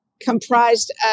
comprised